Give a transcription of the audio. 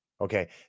Okay